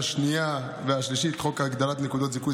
השנייה והשלישית את חוק הגדלת נקודות זיכוי,